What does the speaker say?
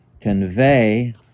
convey